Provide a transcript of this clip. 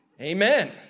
Amen